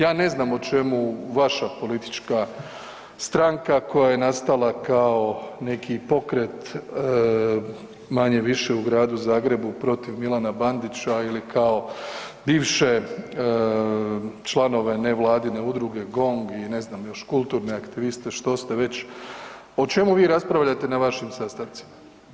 Ja ne znam o čemu vaša politička stranka koja je nastala kao neki pokret manje-više u Gradu Zagrebu protiv Milana Bandića ili kao bivše članove nevladine udruge GONG i ne znam još kulturne aktiviste što ste već o čemu vi raspravljate na vašim sastancima?